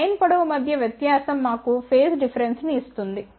line పొడవు మధ్య వ్యత్యాసం మాకు ఫేజ్ డిఫరెన్స్ ని ఇస్తుంది